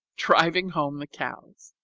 driving home the cows.